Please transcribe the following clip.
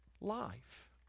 life